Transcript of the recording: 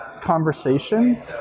conversation